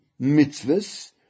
mitzvahs